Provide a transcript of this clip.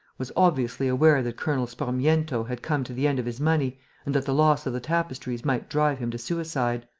was obviously aware that colonel sparmiento had come to the end of his money and that the loss of the tapestries might drive him to suicide.